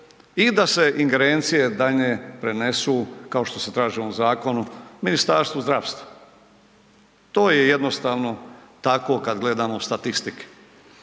i da se ingerencije daljnje prenesu kao što se traži u ovom zakonu, Ministarstvu zdravstva. To je jednostavno tako kad gledamo statistike.